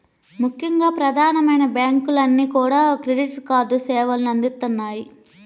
ముఖ్యంగా ప్రధానమైన బ్యాంకులన్నీ కూడా క్రెడిట్ కార్డు సేవల్ని అందిత్తన్నాయి